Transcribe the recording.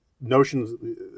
notions